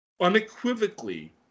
unequivocally